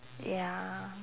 ya